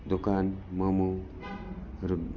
दोकान मोमो रू